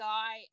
Guy